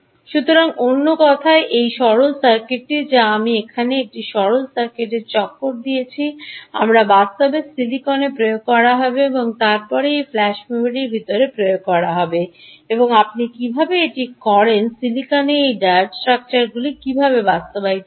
সুতরাং অন্য কথায় এই সরল সার্কিটটি যা আমি এখানে এই সরল সার্কিটটি চক্কর দিয়েছি আমরা বাস্তবে সিলিকনে প্রয়োগ করা হবে এবং তারপরে এই ফ্ল্যাশ মেমরির ভিতরে প্রয়োগ করা হবে এবং আপনি কীভাবে এটি করেন সিলিকনে এই ডায়োড স্ট্রাকচারগুলি কীভাবে বাস্তবায়ন করবেন